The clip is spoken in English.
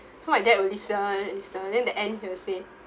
so my dad will listen listen then the end he will say